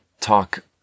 talk